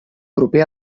proper